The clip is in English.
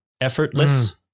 effortless